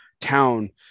town